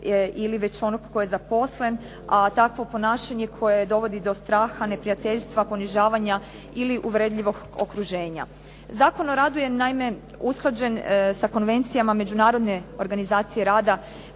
ili već onog koji je zaposleni a takvo ponašanje koje dovodi do straha, neprijateljstva, ponižavanja ili uvredljivog okruženja. Zakon o radu je naime usklađen sa konvencijama međunarodne organizacije rada